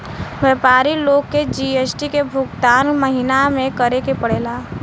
व्यापारी लोग के जी.एस.टी के भुगतान महीना में करे के पड़ेला